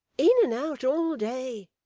in and out all day